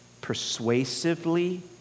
persuasively